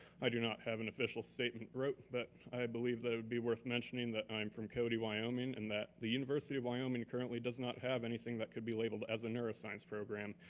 i do not have an official statement wrote, but i believe that it would be worth mentioning that i'm from cody, wyoming, and that the university of wyoming currently does not have anything that could be labeled as a neuroscience program.